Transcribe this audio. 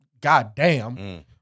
Goddamn